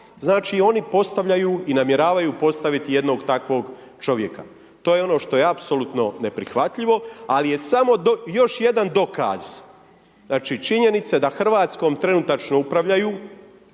Znači oni postavljaju i namjeravaju postaviti jednog takvog čovjeka. To je ono što je apsolutno neprihvatljivo, ali je samo još jedan dokaz, činjenice, da Hrvatske, trenutačno upravljaju,